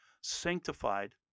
sanctified